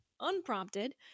unprompted